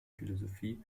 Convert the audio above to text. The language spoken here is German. philosophie